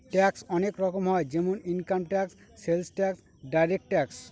tax অনেক রকম হয় যেমন income tax, sales tax, direct tax